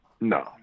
No